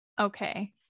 okay